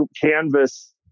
canvas